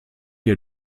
ihr